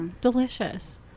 delicious